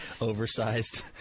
oversized